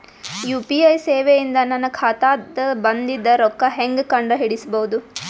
UPI ಸೇವೆ ಇಂದ ನನ್ನ ಖಾತಾಗ ಬಂದಿದ್ದ ರೊಕ್ಕ ಹೆಂಗ್ ಕಂಡ ಹಿಡಿಸಬಹುದು?